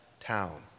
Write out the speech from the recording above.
town